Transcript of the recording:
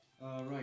Right